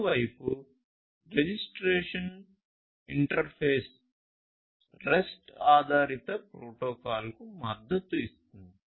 మరోవైపు registration interface REST ఆధారిత ప్రోటోకాల్కు మద్దతు ఇస్తుంది